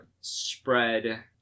spread